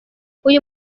uyu